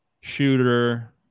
shooter